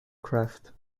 craft